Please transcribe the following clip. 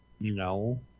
No